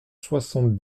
soixante